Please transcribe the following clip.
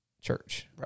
church